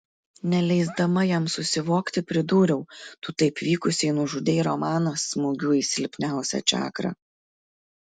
neleisdama jam susivokti pridūriau tu taip vykusiai nužudei romaną smūgiu į silpniausią čakrą